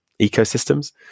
ecosystems